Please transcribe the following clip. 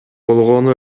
болгону